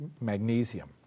magnesium